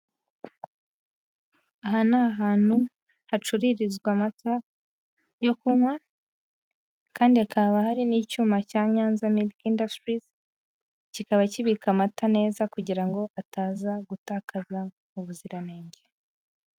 Aha ni ahantu hacururizwa amata yo kunywa kandi hakaba hari n'icyuma cya Nyanza miriki indasitiri, kikaba kibika amata neza kugira ngo ataza gutakaza ubuziranenge.